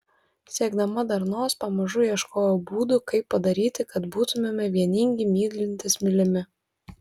siekdama darnos pamažu ieškojau būdų kaip padaryti kad būtumėme vieningi mylintys mylimi